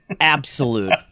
absolute